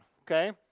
okay